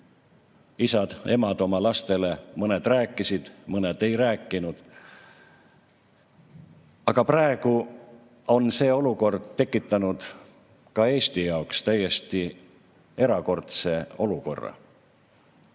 Isad-emad oma lastele mõned rääkisid, mõned ei rääkinud. Aga praegu on see olukord tekitanud ka Eesti jaoks täiesti erakordse olukorra.